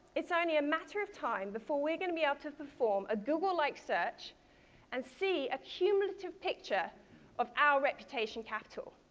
it's only a matter of time before we're going to be able to perform a google-like search and see a cumulative picture of our reputation capital.